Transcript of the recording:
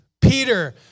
Peter